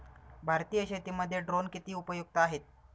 भारतीय शेतीमध्ये ड्रोन किती उपयुक्त आहेत?